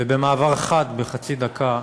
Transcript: ובמעבר חד, בחצי דקה,